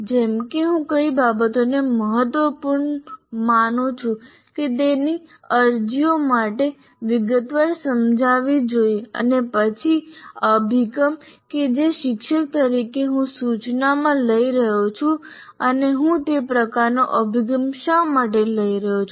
જેમ કે હું કઈ બાબતોને મહત્ત્વપૂર્ણ માનું છું કે તેની અરજીઓ મારે વિગતવાર સમજાવવી જોઈએ અને પછી અભિગમ કે જે શિક્ષક તરીકે હું સૂચનામાં લઈ રહ્યો છું અને હું તે પ્રકારનો અભિગમ શા માટે લઈ રહ્યો છું